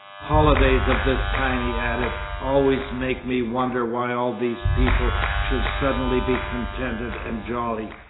holidays of this kind he added, always make me wonder why all these people should suddenly be contented and jolly.